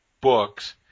books